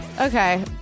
Okay